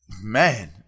man